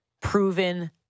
proven